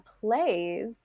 plays